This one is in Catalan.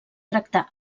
tractar